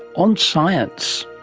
on science